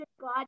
God